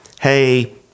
hey